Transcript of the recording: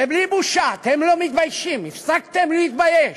ובלי בושה, אתם לא מתביישים, הפסקתם להתבייש,